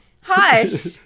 Hush